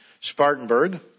Spartanburg